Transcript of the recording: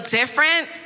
different